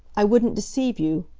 i wouldn't deceive you.